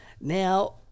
Now